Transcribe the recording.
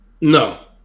No